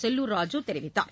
செல்லூர் ராஜு தெரிவித்தார்